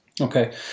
Okay